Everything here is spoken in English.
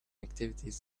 activities